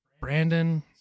Brandon